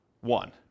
one